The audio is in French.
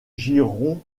giron